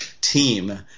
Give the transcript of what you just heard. team